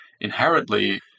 inherently